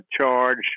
charge